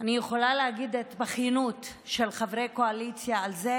אני יכולה להגיד "ההתבכיינות" של חברי הקואליציה על זה